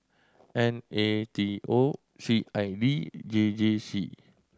N A T O C I V J J C